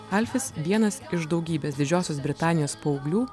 alfis vienas iš daugybės didžiosios britanijos paauglių